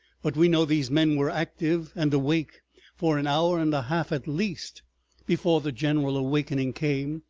but we know these men were active and awake for an hour and a half at least before the general awakening came,